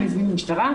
הם הזמינו משטרה.